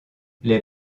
les